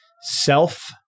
self